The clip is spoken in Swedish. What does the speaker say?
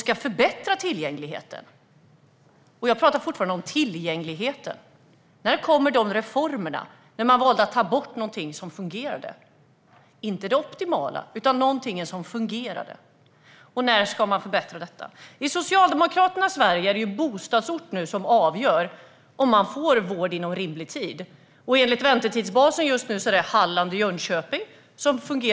Jag pratar fortfarande om tillgängligheten. När kommer de reformerna? Man valde att ta bort någonting som fungerade - inte det optimala, men någonting som fungerade. När ska man förbättra detta? I Socialdemokraternas Sverige är det nu bostadsorten som avgör om man får vård inom rimlig tid. Enligt väntetidsbasen är det just nu i Hallands län och Jönköpings län som det fungerar.